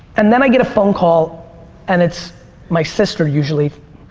and then i get a phone call and it's my sister usually,